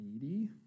needy